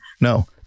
No